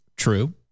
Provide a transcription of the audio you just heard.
True